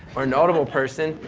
or notable person.